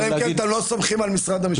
אלא אם כן אתם לא סומכים על משרד המשפטים.